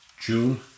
June